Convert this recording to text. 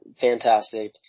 fantastic